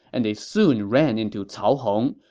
and they soon ran into cao hong,